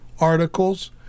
articles